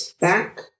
back